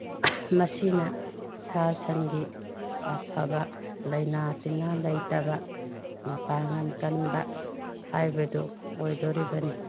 ꯃꯁꯤꯅ ꯁꯥ ꯁꯟꯒꯤ ꯑꯐꯕ ꯂꯩꯅꯥ ꯇꯤꯟꯅꯥ ꯂꯩꯇꯕ ꯃꯄꯥꯡꯒꯟ ꯀꯟꯕ ꯍꯥꯏꯕꯗꯨ ꯑꯣꯏꯗꯣꯔꯤꯕꯅꯤ